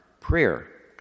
prayer